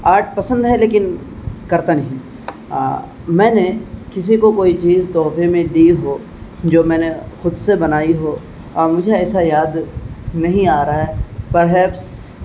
art پسند ہے لیکن کرتا نہیں میں نے کسی کو کوئی چیز تحفے میں دی ہو جو میں نے خود سے بنائی ہو مجھے ایسا یاد نہیں آ رہا ہے پرہپس